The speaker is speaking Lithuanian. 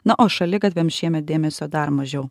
na o šaligatviams šiemet dėmesio dar mažiau